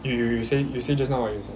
you you say you say just now what you say